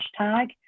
hashtag